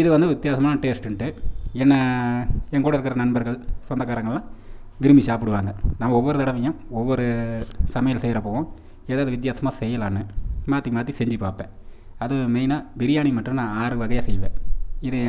இது வந்து வித்தியாசமான டேஸ்ட்டுன்ட்டு என்னை எங்கூட இருக்கிற நண்பர்கள் சொந்தக்காரங்கள்லாம் விரும்பி சாப்பிடுவாங்க நான் ஒவ்வொரு தடவையும் ஒவ்வொரு சமையல் செய்கிறப்போவும் ஏதாவது வித்தியாசமாக செய்யலான்னு மாற்றி மாற்றி செஞ்சு பார்ப்பேன் அதுவும் மெயினாக பிரியாணி மட்டும் நான் ஆறு வகையாக செய்வேன் இதை